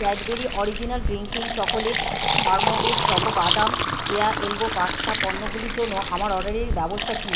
Cadbury original drinking chocolate ফার্মোবেদ choco বাদাম কেয়া এলবো পাস্তা পণ্যগুলির জন্য আমার অর্ডারের ব্যবস্থা কী